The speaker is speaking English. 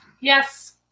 Yes